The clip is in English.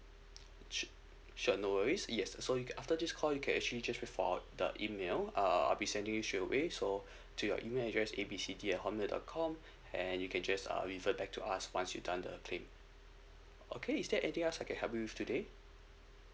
su~ sure no worries yes so you after this call you can actually just wait for the email uh I'll be sending you straight way so to your email address A B C D at hotmail dot com and you can just uh revert back to us once you done the claim okay is there anything else I can help you with today